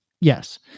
Yes